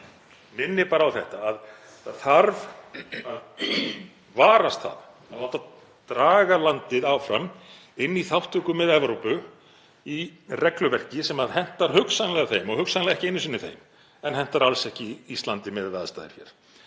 minni bara á þetta: Það þarf að varast það að láta draga landið áfram inn í þátttöku með Evrópu í regluverki sem hentar hugsanlega þeim og hugsanlega ekki einu sinni þeim en hentar alls ekki Íslandi miðað við aðstæður hér.